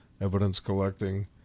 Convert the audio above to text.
evidence-collecting